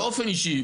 באופן אישי,